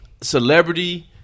Celebrity